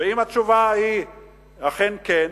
ואם התשובה היא אכן כן,